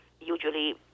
usually